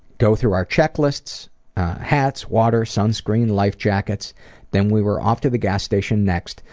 go through our checklists hats, water, sunscreen, life jackets then we were off to the gas station next.